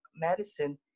medicine